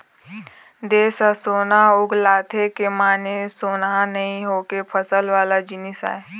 देस ह सोना उगलथे के माने सोनहा नइ होके फसल वाला जिनिस आय